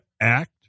act